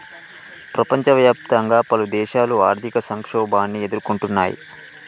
ప్రపంచవ్యాప్తంగా పలుదేశాలు ఆర్థిక సంక్షోభాన్ని ఎదుర్కొంటున్నయ్